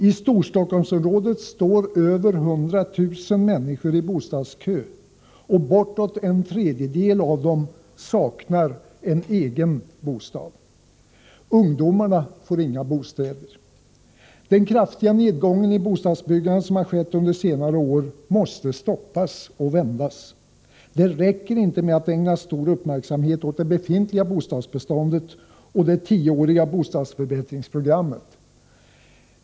I Storstockholmsområdet står över 100 000 människor i bostadskö, och bortåt en tredjedel av dem saknar egen bostad. Ungdomarna får inga egna bostäder. Den kraftiga nedgång i bostadsbyggandet som skett under senare år måste stoppas och vändas. Det räcker inte med att ägna stor uppmärksamhet åt det befintliga bostadsbeståndet, och det räcker inte med det tioåriga bostadsförbättringsprogrammet.